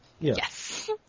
Yes